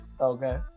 Okay